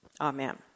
amen